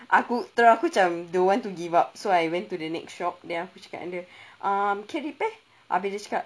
aku terus aku macam don't want to give up so I went to the next shop then aku cakap dengan dia um can repair habis dia cakap